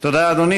תודה, אדוני.